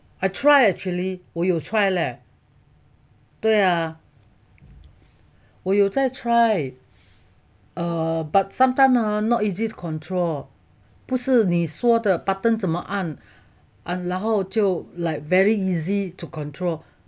I try actually 我有 try leh 对呀我有在 try err but sometimes ah are not easy to control 不是你说的 button 怎么按然后就 like very easy to control